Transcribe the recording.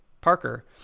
Parker